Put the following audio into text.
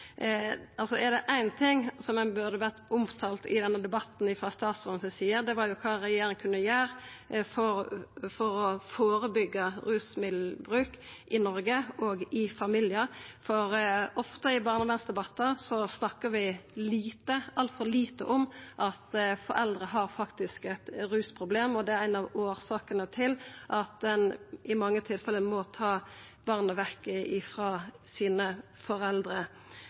Er det éin ting som burde ha vore omtalt i denne debatten frå statsråden si side, er det kva regjeringa kan gjera for å førebyggja rusmiddelmisbruk i familiar, for i barnevernsdebattar snakkar vi ofte altfor lite om at foreldre faktisk har eit rusproblem. Det er ein av årsakene til at ein i mange tilfelle må ta barna vekk frå foreldra sine